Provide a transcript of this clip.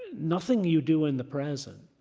nothing you do in the present